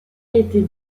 été